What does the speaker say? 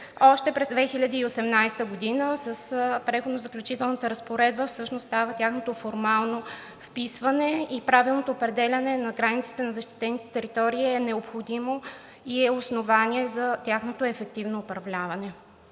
още през 2018 г. С Преходно-заключителната разпоредба всъщност става тяхното формално вписване и правилното определяне на границите на защитените територии е необходимо и е основание за тяхното ефективно управление.